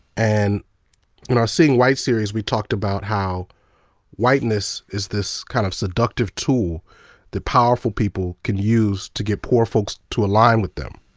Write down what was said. and in our seeing white series, we talked about how whiteness is this kind of seductive tool that powerful people can use to get poor folks to align with them.